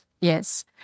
Yes